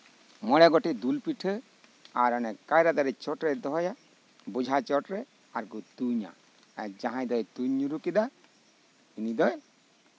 ᱢᱚᱲᱮ ᱜᱚᱴᱮᱱ ᱫᱩᱞ ᱯᱤᱴᱷᱟᱹ ᱟᱨ ᱚᱱᱮ ᱠᱟᱭᱨᱟ ᱫᱟᱨᱮ ᱪᱚᱴᱨᱮᱭ ᱫᱚᱦᱚᱭᱟ ᱵᱚᱡᱷᱟ ᱪᱚᱴᱨᱮ ᱟᱨᱠᱚ ᱛᱩᱧᱟ ᱡᱟᱦᱟᱸᱭ ᱫᱚᱭ ᱛᱩᱧ ᱧᱩᱨᱦᱩ ᱠᱮᱫᱟ ᱩᱱᱤ ᱫᱚ